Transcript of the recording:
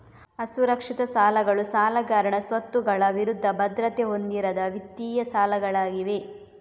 ಅಸುರಕ್ಷಿತ ಸಾಲಗಳು ಸಾಲಗಾರನ ಸ್ವತ್ತುಗಳ ವಿರುದ್ಧ ಭದ್ರತೆ ಹೊಂದಿರದ ವಿತ್ತೀಯ ಸಾಲಗಳಾಗಿವೆ